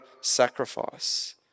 sacrifice